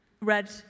Red